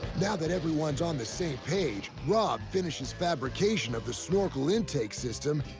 now that everyone's on the same page, rob finishes fabrication of the snorkel intake system.